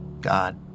God